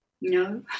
no